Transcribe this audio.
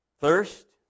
thirst